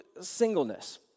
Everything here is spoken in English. singleness